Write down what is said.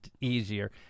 easier